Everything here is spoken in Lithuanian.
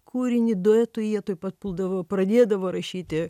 kūrinį duetui jie tuoj pat puldavo pradėdavo rašyti